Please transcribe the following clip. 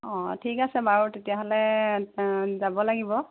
অঁ ঠিক আছে বাৰু তেতিয়াহ'লে যাব লাগিব